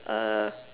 uh